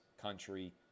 country